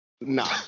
nah